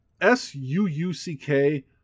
S-U-U-C-K